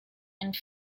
and